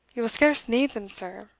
you will scarce need them, sir,